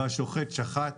והשוחט שחט,